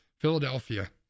Philadelphia